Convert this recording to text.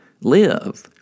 live